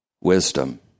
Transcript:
wisdom